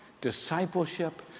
discipleship